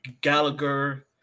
Gallagher